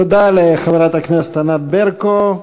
תודה לחברת הכנסת ענת ברקו.